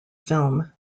film